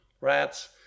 rats